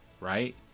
right